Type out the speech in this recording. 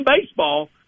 baseball